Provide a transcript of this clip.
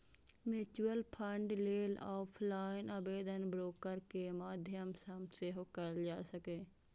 mutual fund लेल offline आवेदन broker के माध्यम सं सेहो कैल जा सकैए